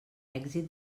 èxit